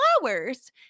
flowers